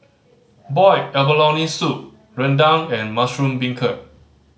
boiled abalone soup rendang and mushroom beancurd